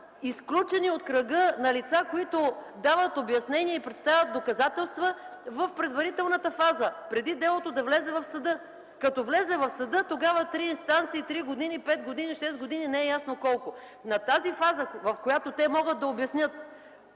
изключени от кръга на лица, които дават обяснение и представят доказателства в предварителната фаза, преди делото да влезе в съда. Като влезе в съда, тогава три инстанции, три години, пет години, шест години – не е ясно колко. В тази фаза, в която те могат да обяснят,